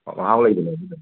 ꯃꯍꯥꯎ ꯂꯩꯕꯅꯦ ꯑꯗꯨꯗꯣ